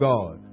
God